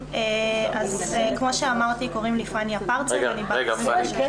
כמו שאמרתי קוראים לי פני אפרצב אני בת 27,